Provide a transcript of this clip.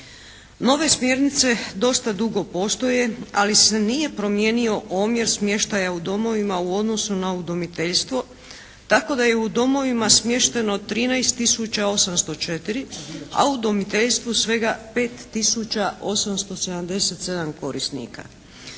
Nove smjernice dosta dugo postoje ali se nije promijenio omjer smještaja u domovima u odnosu na udomiteljstvo, tako da je u domovima smješteno 13 tisuća 804 a u udomiteljstvu svega 5 tisuća 877 korisnika.